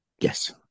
Yes